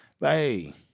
hey